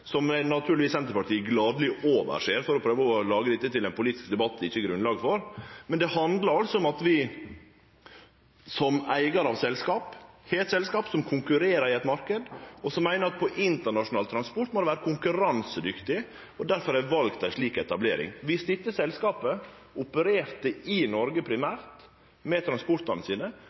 som Senterpartiet naturlegvis gladeleg overser for å prøve å gjere dette til ein politisk debatt det ikkje er grunnlag for. Det handlar altså om at vi eig eit selskap – har eit selskap – som konkurrerer i ein marknad, og som meiner at det må vere konkurransedyktig på internasjonal transport, og difor har valt ei slik etablering. Viss dette selskapet primært opererte i Noreg med